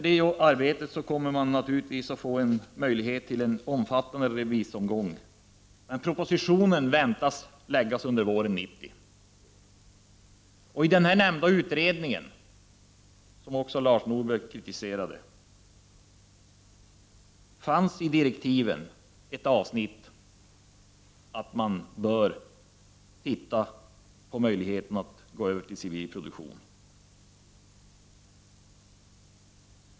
Därefter blir det naturligtvis en omfattande remissomgång, och proposition väntas föreläggas riksdagen våren 1990. I direktiven till utredningen, som Lars Norberg också kritiserade, finns ett avsnitt om att man bör titta på möjligheten att gå över till civil produktion.